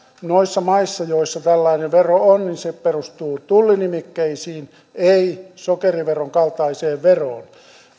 noissa maissa joissa tällainen vero on se perustuu tullinimikkeisiin ei sokeriveron kaltaiseen veroon